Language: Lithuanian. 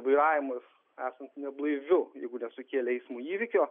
vairavimas esant neblaiviu jeigu nesukėlė eismo įvykio